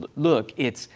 look, it's,